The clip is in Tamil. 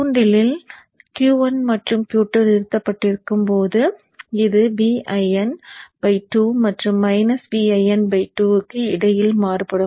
தூண்டிலில் Q1 மற்றும் Q2 நிறுத்தப்பட்டிருக்கும் போது இது Vin 2 மற்றும் - Vin 2 க்கு இடையில் மாறும்